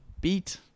Beat